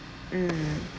mm